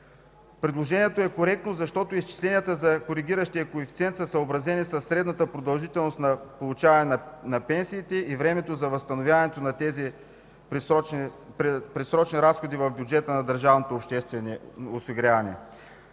Предложението е коректно, защото изчисленията за коригиращия коефициент са съобразени със средната продължителност на получаване на пенсиите и времето за възстановяването на тези предсрочни разходи в бюджета на